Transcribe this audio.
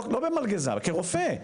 לא במלגזה אלא כרופא.